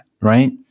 right